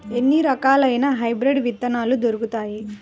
ఎన్ని రకాలయిన హైబ్రిడ్ విత్తనాలు దొరుకుతాయి?